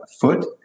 foot